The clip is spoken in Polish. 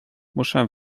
muszę